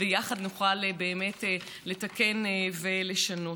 ויחד נוכל באמת לתקן ולשנות.